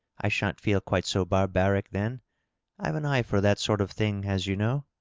i shan't feel quite so barbaric then i've an eye for that sort of thing, as you know.